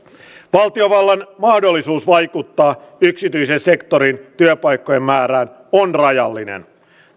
valtiovallan mahdollisuus vaikuttaa yksityisen sektorin työpaikkojen määrään on rajallinen